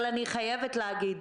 אבל אני חייבת להגיד: